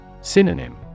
Synonym